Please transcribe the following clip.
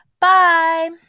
Bye